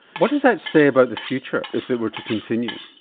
what does that say about the future if it were to continue?